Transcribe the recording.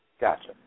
Gotcha